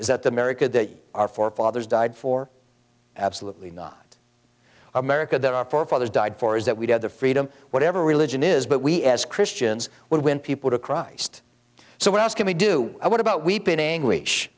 is that the america that our forefathers died for absolutely not america that our forefathers died for is that we have the freedom whatever religion is but we as christians would win people to christ so what else can we do what about weeping anguish